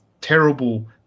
terrible